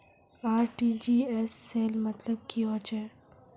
RTGS सेल मतलब की होचए?